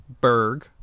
Berg